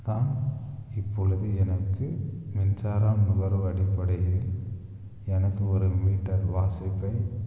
தான் இப்பொழுது எனக்கு மின்சார நுகர்வு அடிப்படையில் எனக்கு ஒரு மீட்டர் வாசிப்பை